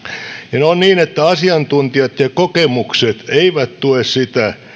on niin että asiantuntijat ja kokemukset eivät tue sitä